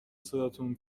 صداتون